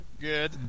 Good